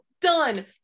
done